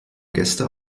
gäste